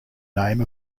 name